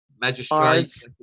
magistrates